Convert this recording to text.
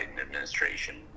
administration